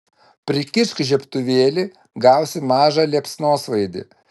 prikišk žiebtuvėlį gausi mažą liepsnosvaidį